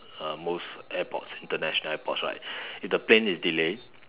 uh most airports international airports right if the plane is delayed